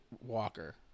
Walker